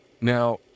Now